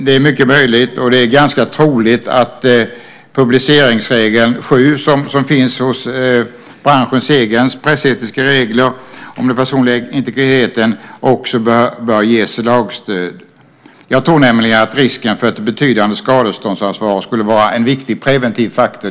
Det är mycket möjligt och ganska troligt att publiceringsregel 7, som finns med bland branschens egna pressetiska regler, om den personliga integriteten också bör ges lagstöd. Jag tror nämligen att risken för ett betydande skadeståndsansvar skulle vara en viktig preventiv faktor.